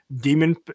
demon